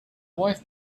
wife